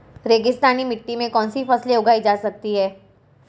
रेगिस्तानी मिट्टी में कौनसी फसलें उगाई जा सकती हैं?